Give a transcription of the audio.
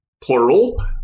plural